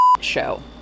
show